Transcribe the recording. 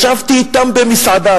ישבתי אתם במסעדה,